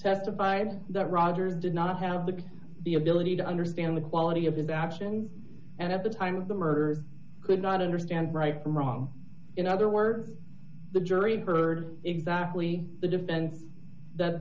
testified that roger did not have the the ability to understand the quality of adoption and at the time of the murder could not understand right from wrong in other words the jury heard exactly the defense